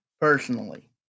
personally